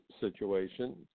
situation